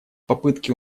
попытки